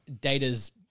Data's